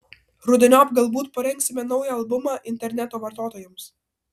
rudeniop galbūt parengsime naują albumą interneto vartotojams